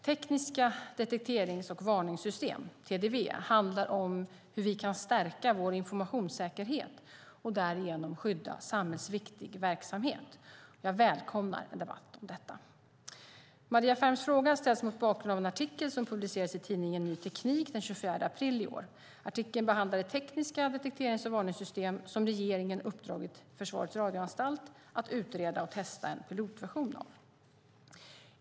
Tekniskt detekterings och varningssystem, TDV, handlar om hur vi kan stärka vår informationssäkerhet och därigenom skydda samhällsviktig verksamhet. Jag välkomnar en debatt om detta. Maria Ferms fråga ställs mot bakgrund av en artikel som publicerades i tidningen Ny Teknik den 24 april i år. Artikeln behandlar det tekniska detekterings och varningssystem som regeringen uppdragit åt Försvarets radioanstalt, FRA, att utreda och testa en pilotversion av.